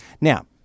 Now